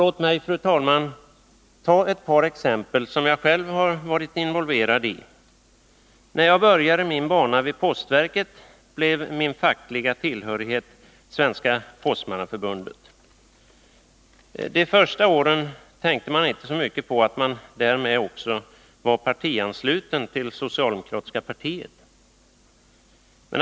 Låt mig, fru talman, ta ett par exempel som jag själv varit involverad i. När jag började min bana vid postverket blev min fackliga tillhörighet Svenska postmannaförbundet. De första åren tänkte man inte så mycket på att man därmed också var partiansluten till socialdemokratiska partiet.